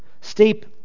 Steep